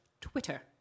Twitter